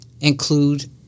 include